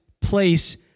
place